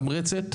והמתמרצת.